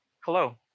Hello